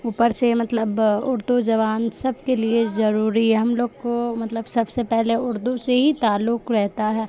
اوپر سے مطلب اردو زبان سب کے لیے ضروری ہے ہم لوگ کو مطلب سب سے پہلے اردو سے ہی تعلق رہتا ہے